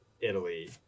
Italy